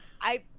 I-